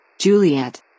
Juliet